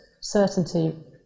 certainty